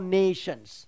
nations